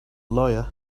lawyer